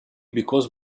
because